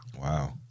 wow